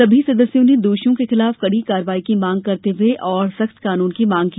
सभी सदस्यों ने दोषियों के खिलाफ कड़ी कार्रवाई की मांग करते हुए और सख्त कानून की मांग की